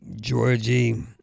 Georgie